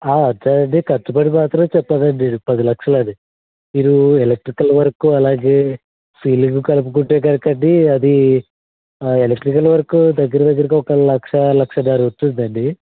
ఆ వచ్చారండి ఖర్చుబడి మాత్రం చెప్పనండి పది లక్షలని మీరు ఎలక్ట్రికల్ వర్క్ అలాగే సీలింగ్ కలుపుకుంటే కనుక అండి అది ఆ ఎలక్ట్రికల్ వర్క్ దగ్గర దగ్గరగా ఒక లక్ష లక్షన్నర వస్తుందండి